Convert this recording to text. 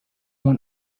one